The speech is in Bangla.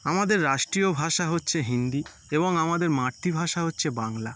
আমাদের রাষ্ট্রীয় ভাষা হচ্ছে হিন্দি এবং আমাদের মাতৃভাষা হচ্ছে বাংলা